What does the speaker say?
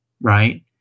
right